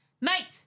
mate